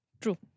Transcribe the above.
True